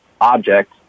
object